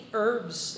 herbs